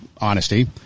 honesty